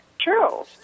True